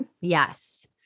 Yes